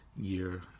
year